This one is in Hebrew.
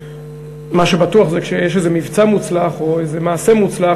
מה שבטוח זה שכשיש איזה מבצע מוצלח או איזה מעשה מוצלח,